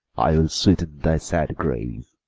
i'll sweeten thy sad grave.